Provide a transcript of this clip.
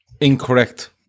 Incorrect